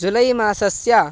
जुलै मासस्य